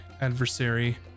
adversary